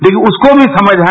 लेकिन उसको भी समझ है